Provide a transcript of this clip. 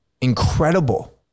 incredible